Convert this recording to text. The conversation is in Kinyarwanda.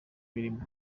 birimo